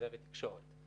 זה ותקשורת.